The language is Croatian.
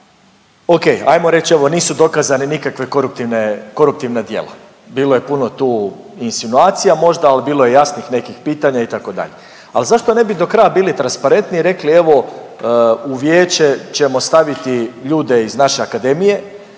ok, ajmo reć evo nisu dokazane nikakve koruptivne, koruptivna djela. Bilo je puno tu insinuacija možda ali bilo je jasnih nekih pitanja itd. Ali zašto ne bi do kraja bili transparentni i rekli evo u vijeće ćemo staviti ljude iz naše akademije,